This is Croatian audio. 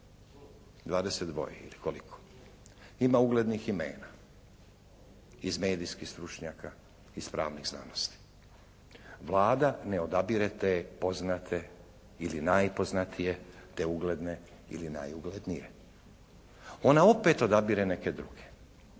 22. ili koliko? Ima uglednih imena iz medijskih stručnjaka, iz pravnih znanosti. Vlada ne odabire te poznate ili najpoznatije, te ugledne ili najuglednije. Ona opet odabire neke druge.